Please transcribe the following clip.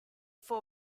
four